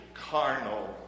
Carnal